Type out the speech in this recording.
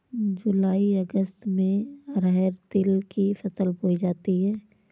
जूलाई अगस्त में अरहर तिल की फसल बोई जाती हैं